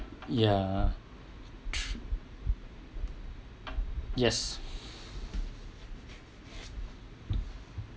ya yes